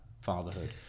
fatherhood